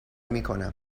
میکنم